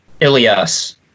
Ilias